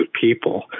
people